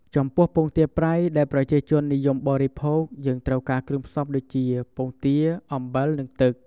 ចំពោះពងទាប្រៃ ដែលប្រជាជននិយមបរិភោគ យើងត្រូវការគ្រឿងផ្សំដូចជា ពងទា អំបិល និងទឹក។